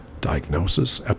diagnosis